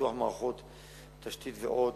פיתוח מערכות תשתית ועוד.